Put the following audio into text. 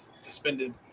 suspended